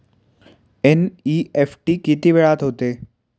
NEFT किती वेळात होते?